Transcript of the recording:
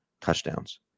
touchdowns